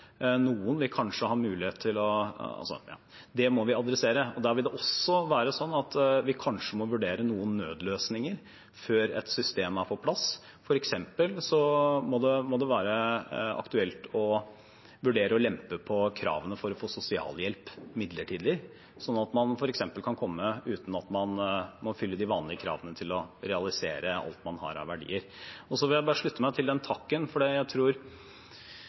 Noen vil kanskje ha muligheter, men det må vi adressere, og der vil det også være sånn at vi kanskje må vurdere noen nødløsninger før et system er på plass. For eksempel må det være aktuelt å vurdere å lempe på kravene for å få sosialhjelp midlertidig, sånn at man f.eks. kan komme uten at man må fylle de vanlige kravene til å realisere alt man har av verdier. Så vil jeg bare slutte meg til den takken.